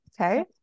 okay